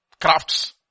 crafts